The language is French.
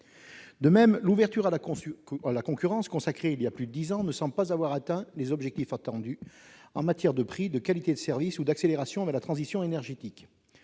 Ainsi, l'ouverture à la concurrence, consacrée voilà plus de dix ans, ne semble pas avoir atteint les objectifs attendus en matière de prix, de qualité de service ou d'accélération de la transition énergétique.